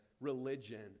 religion